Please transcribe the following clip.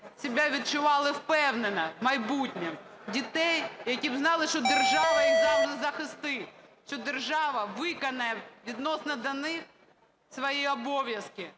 себе відчували впевнено в майбутньому. Дітей, які б знали, що держава їх завжди захистить, що держава виконає відносно до них свої обов'язки,